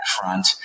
front